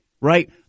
right